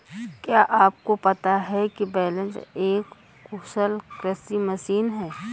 क्या आपको पता है बेलर एक कुशल कृषि मशीन है?